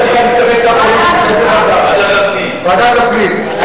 ועדת הפנים.